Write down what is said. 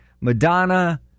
Madonna